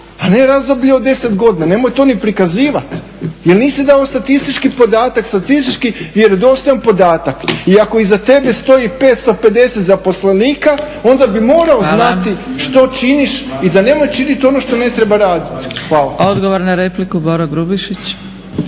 a ne razdoblje od 10 godina. Nemoj to ni prikazivat jer nisi dao statistički podatak, statistički vjerodostojan podatak. I ako iza tebe stoji 550 zaposlenika onda bi morao znati što činiš i da nemoj činit ono što ne treba radit. Hvala. **Zgrebec, Dragica